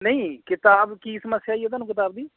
ਨਹੀਂ ਕਿਤਾਬ ਕੀ ਸਮੱਸਿਆ ਆਈ ਹੈ ਤੁਹਾਨੂੰ ਕਿਤਾਬ ਦੀ